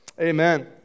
Amen